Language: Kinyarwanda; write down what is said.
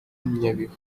nyabihu